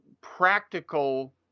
practical